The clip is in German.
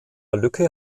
lücke